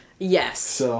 Yes